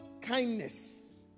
kindness